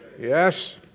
Yes